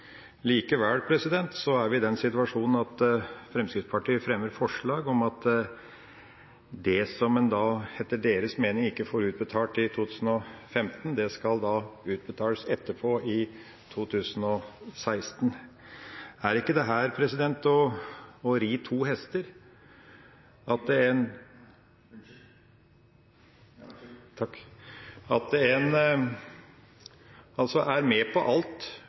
Likevel er vi i den situasjonen at Fremskrittspartiet fremmer forslag om at det som en etter deres mening ikke får utbetalt i 2015, skal utbetales etterpå, i 2016. Er ikke dette å ri to hester, når en er med på alt